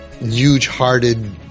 huge-hearted